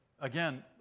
again